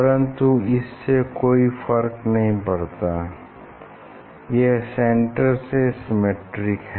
परन्तु इससे कोई फर्क नहीं पड़ता यह सेन्टर से सिमेट्रिक है